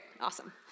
awesome